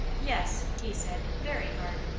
yes, he said, very hard.